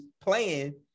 playing